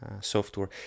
software